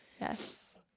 Yes